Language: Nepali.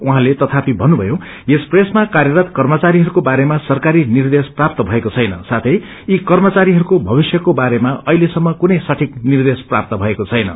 उहाँले तथापि भन्नुभयो यस प्रेसमा कार्यरत कप्रचारीहरूको बारेमा सरकारी निर्देश प्राप्त थएको छैन साथै यी कर्मचारीहरूको भविष्यको बारेमा अछिले सम्म कुनै सठिक निर्देश प्रापा भएको छैन